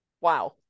wow